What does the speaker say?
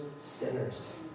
sinners